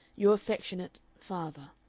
your affectionate father.